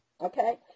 Okay